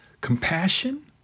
Compassion